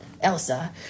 Elsa